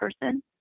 person